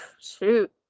Shoot